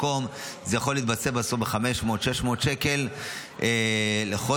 זה יכול להתבטא ב-500 או 600 שקל לחודש,